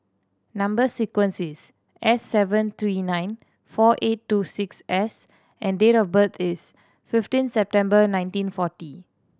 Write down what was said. number sequence is S seven three nine four eight two six S and date of birth is fifteen September nineteen forty